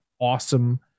awesome